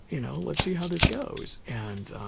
you know, let's see how this goes. and